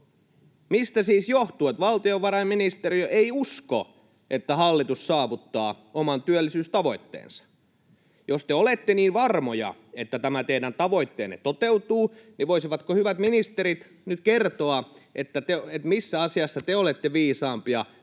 Mistä siis johtuu, että valtiovarainministeriö ei usko, että hallitus saavuttaa oman työllisyystavoitteensa? Jos te olette niin varmoja, että tämä teidän tavoitteenne toteutuu, niin voisivatko hyvät ministerit nyt kertoa, missä asiassa te olette viisaampia